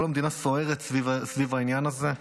כל המדינה סוערת סביב העניין הזה,